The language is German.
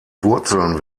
wurzeln